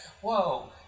whoa